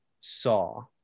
saw